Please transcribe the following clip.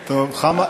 חמד,